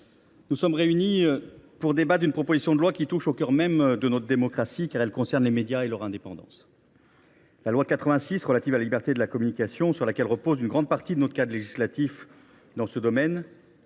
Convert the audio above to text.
nous sommes réunis ce matin pour débattre d’une proposition de loi qui touche au cœur même de notre démocratie, car elle concerne les médias et leur indépendance. La loi du 30 septembre 1986 relative à la liberté de communication, sur laquelle repose une grande partie de notre cadre législatif dans ce domaine,